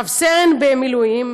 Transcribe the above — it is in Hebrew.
רב-סרן במילואים,